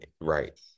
right